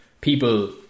people